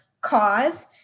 cause